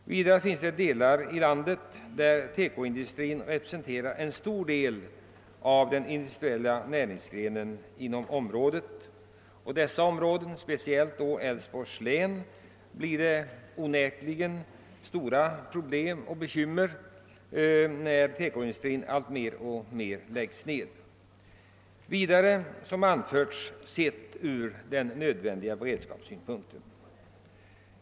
Det finns delar av landet där TEKO industrin representerar en stor del av den industriella näringen. Inom dessa områden, speciellt inom Älvsborgs län, uppstår onekligen stora problem och bekymmer genom att TEKO-industrierna i allt större utsträckning läggs ner. Jag vill i detta sammanhang än en gång framhålla att hänsyn måste tas till beredskapssynpunkten.